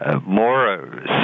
more